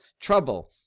trouble